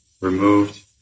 removed